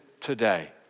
today